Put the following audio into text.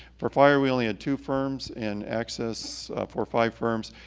for fire we only had two firms, and access four, five firms.